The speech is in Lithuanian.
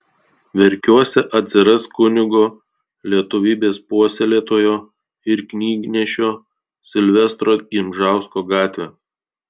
verkiuose atsiras kunigo lietuvybės puoselėtojo ir knygnešio silvestro gimžausko gatvė